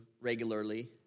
regularly